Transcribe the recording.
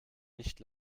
nicht